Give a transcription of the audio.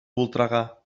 voltregà